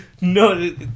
no